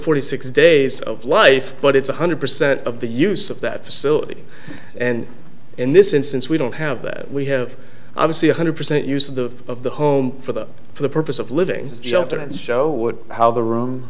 forty six days of life but it's one hundred percent of the use of that facility and in this instance we don't have that we have obviously one hundred percent use of the of the home for them for the purpose of living jump there and show how the room